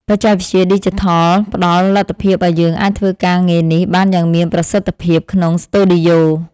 បច្ចេកវិទ្យាឌីជីថលផ្ដល់លទ្ធភាពឱ្យយើងអាចធ្វើការងារនេះបានយ៉ាងមានប្រសិទ្ធភាពក្នុងស្ទូឌីយោ។